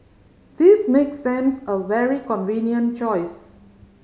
this makes them a very convenient choice